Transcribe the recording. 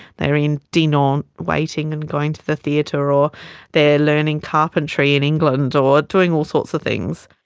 they are in dinan, waiting and going to the theatre, or they are learning carpentry in england or doing all sorts of things.